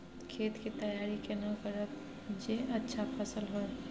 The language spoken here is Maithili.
खेत के तैयारी केना करब जे अच्छा फसल होय?